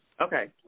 Okay